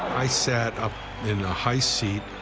i sat up in a high seat,